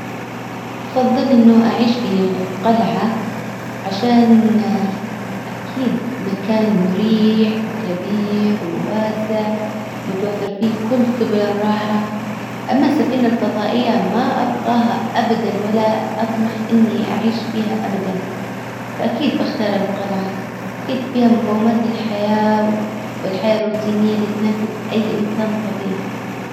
افضل انه اعيش في قلعة عشان اكيد مكان مريح وكبير وواسع متوفر فيه كل سبل الراحة اما السفينة الفضائية ما ابغاها ابدا ولا اطمح اني اعيش فيها ابدا فأكيد بختار القلعة. اكيد فيها مقومات الحياة والحياة الروتينية اللي تناسب اي انسان طبيعي.